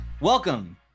Welcome